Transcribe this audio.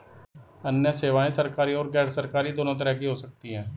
अन्य सेवायें सरकारी और गैरसरकारी दोनों तरह की हो सकती हैं